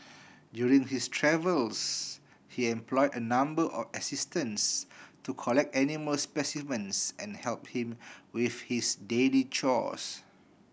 during his travels he employ a number of assistants to collect animal specimens and help him with his daily chores